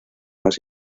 más